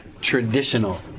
traditional